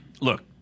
look